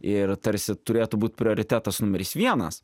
ir tarsi turėtų būt prioritetas numeris vienas